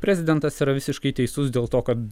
prezidentas yra visiškai teisus dėl to kad